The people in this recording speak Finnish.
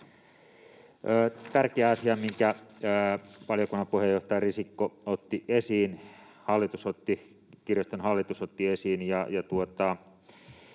Tärkeä asia, minkä valiokunnan puheenjohtaja Risikko otti esiin, kirjaston hallitus otti esiin